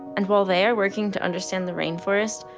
and while they are working to understand the rainforest,